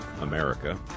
America